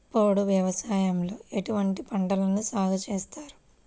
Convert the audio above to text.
పోడు వ్యవసాయంలో ఎటువంటి పంటలను సాగుచేస్తారు?